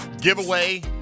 giveaway